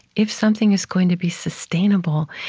if something is going to be sustainable,